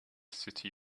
city